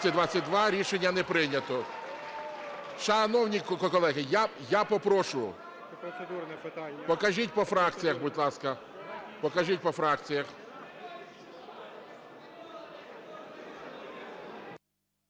Рішення не прийнято. Шановні колеги, я попрошу. Покажіть по фракціях, будь ласка,